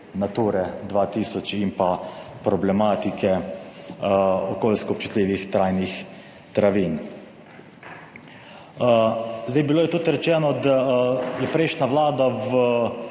Nature 2000 in pa problematike okoljsko občutljivih trajnih travinj. Bilo je tudi rečeno, da je prejšnja Vlada v